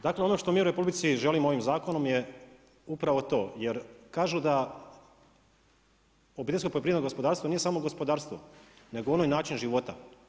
Dakle, ono što mi u Republici želimo ovim zakonom je upravo to, jer kažu da obiteljsko poljoprivredno gospodarstvo nije samo gospodarstvo, nego ono je i način života.